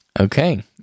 Okay